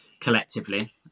collectively